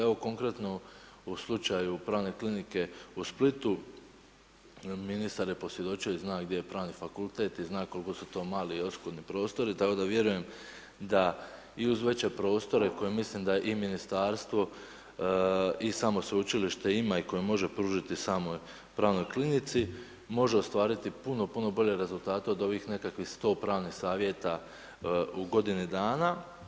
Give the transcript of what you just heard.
Evo konkretno u slučaju pravne klinike u Splitu ministar je posvjedočio i zna gdje je pravni fakultet i zna koliko su to mali i oskudni prostori tako da vjerujem da i uz veće prostore koje mislim da i ministarstvo i samo sveučilište ima i koje moje pružiti samoj pravnoj klinici može ostvariti puno, puno bolje rezultate od ovih nekakvih 100 pravnih savjeta u godini dana.